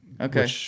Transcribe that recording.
Okay